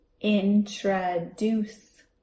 introduce